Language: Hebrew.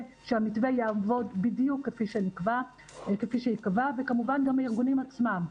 שהמתווה יעבוד בדיוק כפי שייקבע וכמובן גם הארגונים עצמם.